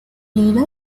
leader